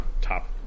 top